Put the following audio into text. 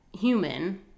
...human